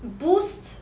boost